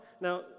Now